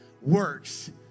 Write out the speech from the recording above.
works